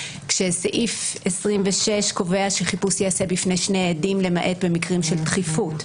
כשסעיף 26 קובע שחיפוש יעשה בפני שני עדים למעט במקרים של דחיפות.